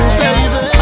baby